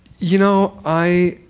you know, i